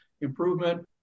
improvement